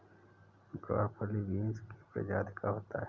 ग्वारफली बींस की प्रजाति का होता है